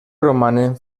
romanen